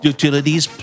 Utilities